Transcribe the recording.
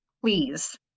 please